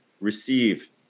receive